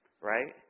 right